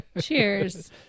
cheers